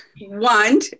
one